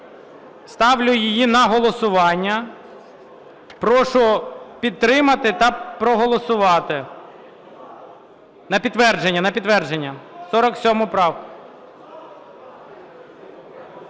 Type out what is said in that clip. Ставлю її на голосування. Прошу підтримати та проголосувати. На підтвердження, на